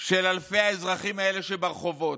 של אלפי האזרחים האלה שברחובות,